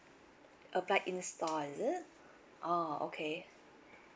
apply in store is it oh okay